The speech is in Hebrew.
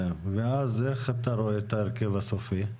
ואז איך אתה רואה את ההרכב הסופי?